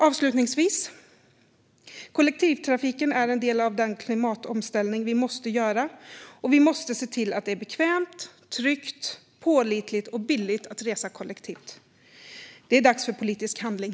Avslutningsvis: Kollektivtrafiken är en del av den klimatomställning vi måste göra, och vi måste se till att det är bekvämt, tryggt, pålitligt och billigt att resa kollektivt. Det är dags för politisk handling.